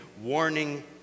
warning